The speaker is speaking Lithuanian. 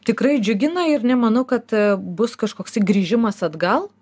tikrai džiugina ir nemanau kad bus kažkoksai grįžimas atgal